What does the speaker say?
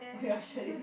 oh ya shedding